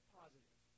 positive